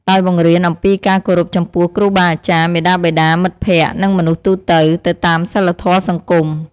ដោយបង្រៀនអំពីការគោរពចំពោះគ្រូបាអាចារ្យ មាតាបិតា មិត្តភក្តិ និងមនុស្សទូទៅ ទៅតាមសីលធម៌សង្គម។